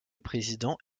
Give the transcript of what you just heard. président